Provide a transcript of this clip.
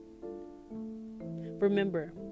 remember